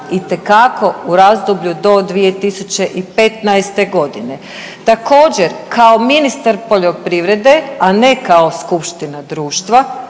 itekako u razdoblju do 2015. godine. Također, kao ministar poljoprivrede, a ne kao skupština društva